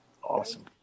Awesome